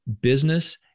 business